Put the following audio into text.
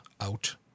out